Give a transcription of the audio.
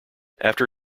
after